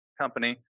company